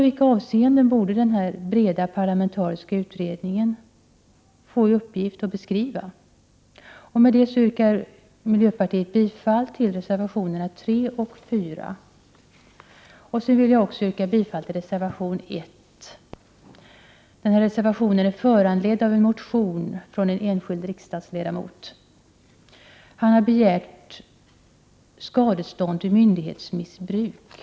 Den breda parlamenaariska utredningen borde få i uppgift att beskriva hur och i vilka avseenden. Med det anförda yrkar jag bifall till reservationerna 3 och 4. Jag vill också yrka bifall till reservation 1. Reservation 1 är föranledd av en motion från en enskild riksdagsledamot. Motionen gäller skadestånd för myndighetsmissbruk.